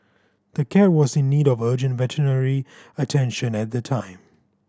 the cat was in need of urgent veterinary attention at the time